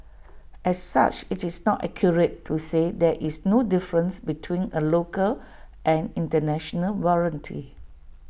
as such IT is not accurate to say that is no difference between A local and International warranty